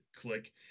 Click